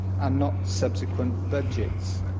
and not subsequent budgets.